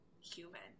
human